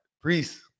priest